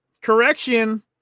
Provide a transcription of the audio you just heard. correction